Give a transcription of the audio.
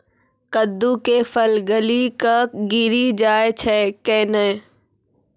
कददु के फल गली कऽ गिरी जाय छै कैने?